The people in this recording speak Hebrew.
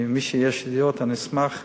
מי שיש לו ידיעות, אני אשמח,